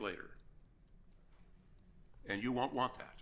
later and you won't want that